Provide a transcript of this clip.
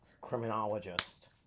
criminologist